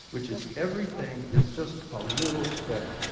which is everything is just a little better.